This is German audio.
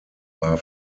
war